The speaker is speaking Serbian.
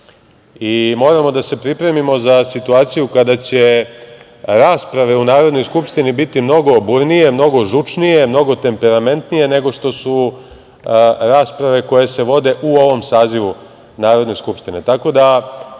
i moramo da se pripremimo za situaciju kada će rasprave u Narodnoj skupštini bi mnogo burnije, mnogo žučnije, mnogo temperamentnije, nego što su rasprave koje se vode u ovom sazivu Narodne skupštine.